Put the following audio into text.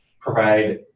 provide